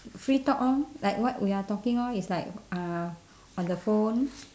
free talk lor like what we are talking lor is like uh on the phone